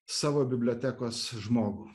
savo bibliotekos žmogų